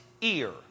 ear